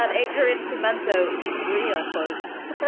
but adrian pimento. he's real folks.